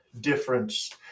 difference